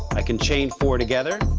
i can change for together.